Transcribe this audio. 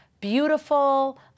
beautiful